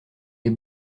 les